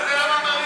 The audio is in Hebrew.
תן לנו הסתייגות.